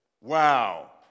Wow